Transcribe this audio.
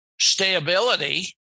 stability